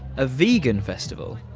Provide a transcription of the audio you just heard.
a vegan festival.